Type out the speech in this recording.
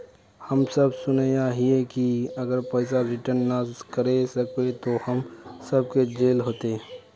हम सब सुनैय हिये की अगर पैसा रिटर्न ना करे सकबे तो हम सब के जेल होते?